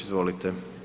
Izvolite.